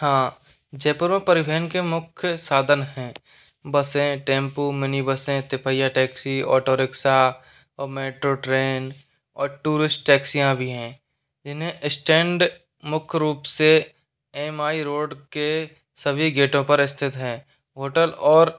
हाँ जयपुरों परिवहन के मुख्य साधन हैं बसें टेंपू मिनी बसें तिपैया टैक्सी ऑटो रिक्शा और मेट्रो ट्रेन और टूरिस्ट टैक्सियां भी हैं इन्हें इस्टैंड मुख्य रूप से एम आई रोड के सभी गेटों पर स्थित हैं होटल और